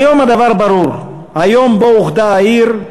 כיום הדבר ברור: היום שבו אוחדה העיר,